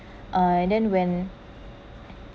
uh and then when